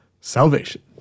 Salvation